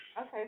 Okay